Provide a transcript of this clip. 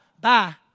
Bye